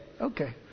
Okay